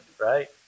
right